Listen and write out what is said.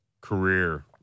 career